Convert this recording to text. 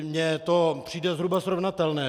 Mně to přijde zhruba srovnatelné.